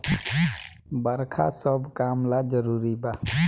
बरखा सब काम ला जरुरी बा